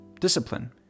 discipline